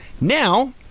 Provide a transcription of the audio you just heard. Now